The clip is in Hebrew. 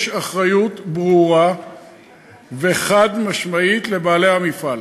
יש אחריות ברורה וחד-משמעית לבעלי המפעל.